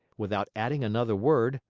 without adding another word,